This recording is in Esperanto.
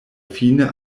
fine